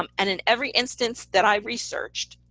um and in every instance that i researched,